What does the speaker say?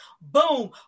boom